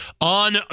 on